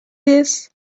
this